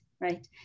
right